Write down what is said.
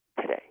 today